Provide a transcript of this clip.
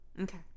Okay